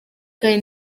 kandi